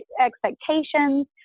expectations